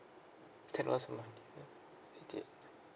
technology mah eighty eight